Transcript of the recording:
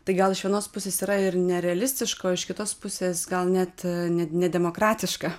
tai gal iš vienos pusės yra ir nerealistiška o iš kitos pusės gal net ne nedemokratiška